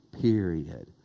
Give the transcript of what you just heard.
period